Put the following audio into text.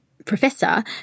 professor